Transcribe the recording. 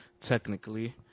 Technically